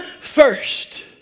first